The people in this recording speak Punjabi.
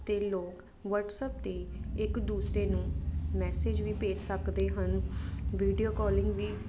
ਅਤੇ ਲੋਕ ਵਟਸਐਪ 'ਤੇ ਇੱਕ ਦੂਸਰੇ ਨੂੰ ਮੈਸੇਜ ਵੀ ਭੇਜ ਸਕਦੇ ਹਨ ਵੀਡੀਓ ਕਾਲਿੰਗ ਵੀ